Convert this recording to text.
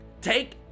take